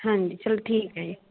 ਹਾਂਜੀ ਚਲੋ ਠੀਕ ਹੈ ਜੀ